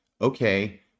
okay